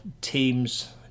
teams